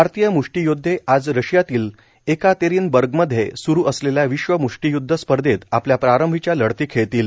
भारतीय म्ष्टीयोदधे आज रशियातील एकातेरिनबर्गमध्ये स्रू विश्व म्ष्टीय्दध स्पर्धेत आपल्या प्रारंभीच्या लढती खेळतील